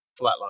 flatline